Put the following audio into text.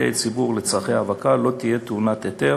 במקרקעי ציבור לצורכי האבקה לא תהיה טעונת היתר,